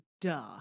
duh